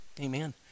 Amen